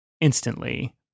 instantly